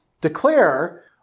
declare